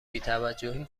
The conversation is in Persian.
بیتوجهی